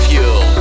Fuel